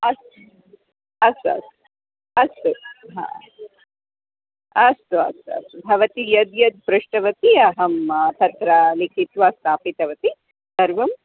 अस्तु अस्तु अस्तु हा अस्तु अस्तु अस्तु अस्तु भवती यद्यद् पृष्टवती अहं तत्र लिखित्वा स्थापितवती सर्वं